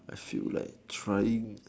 I feel like trying